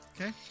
Okay